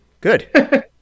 good